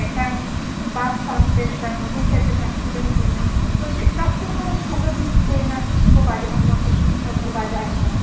ᱢᱤᱫᱴᱟᱝ ᱵᱟᱥ ᱥᱟᱶᱛᱮ ᱢᱤᱫᱴᱟᱝ ᱢᱚᱴᱚᱨ ᱥᱟᱭᱠᱮᱞ ᱨᱮᱱᱟᱜ ᱮᱠᱥᱤᱰᱮᱱᱴ ᱦᱩᱭᱞᱮᱱᱟ ᱛᱚ ᱪᱮᱫᱞᱮᱠᱟ ᱠᱚ ᱠᱷᱚᱛᱚ ᱵᱤᱼᱠᱷᱚᱛᱚᱭᱮᱱᱟ ᱛᱤᱱᱟᱹᱜ ᱠᱚ ᱵᱟᱡᱟᱣᱮᱱᱟᱠᱚ ᱛᱤᱱ ᱦᱚᱲ ᱠᱚ ᱵᱟᱡᱟᱣᱮᱱᱟ